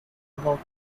about